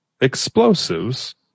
explosives